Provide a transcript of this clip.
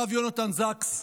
הרב יונתן זקס,